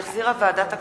שהחזירה ועדת הכספים,